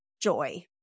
joy